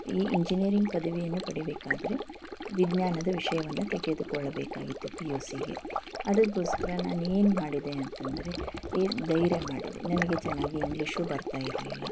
ಈ ಇಂಜಿನಿಯರಿಂಗ್ ಪದವಿಯನ್ನು ಪಡಿಬೇಕಾದ್ರೆ ವಿಜ್ಞಾನದ ವಿಷಯವನ್ನು ತೆಗೆದುಕೊಳ್ಳಬೇಕಾಗಿತ್ತು ಪಿ ಯು ಸಿಗೆ ಅದಕ್ಕೋಸ್ಕರ ನಾನೇನು ಮಾಡಿದೆ ಅಂತಂದರೆ ಧೈರ್ಯ ಮಾಡಿದೆ ನನಗೆ ಚೆನ್ನಾಗಿ ಇಂಗ್ಲಿಷೂ ಬರ್ತಾ ಇರಲಿಲ್ಲ